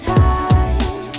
time